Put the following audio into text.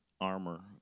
armor